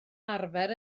arfer